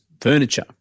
furniture